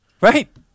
Right